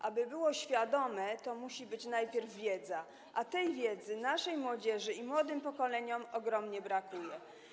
Aby było ono świadome, to musi być najpierw wiedza, a tej wiedzy naszej młodzieży i młodym pokoleniom ogromnie brakuje.